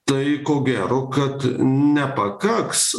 tai ko gero kad nepakaks